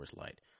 Light